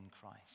Christ